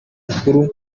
mukuru